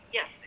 Yes